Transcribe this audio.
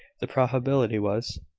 the probability was,